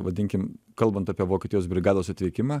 vadinkim kalbant apie vokietijos brigados atvykimą